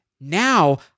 Now